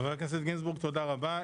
חבר הכנסת גינזבורג, תודה רבה.